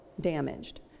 damaged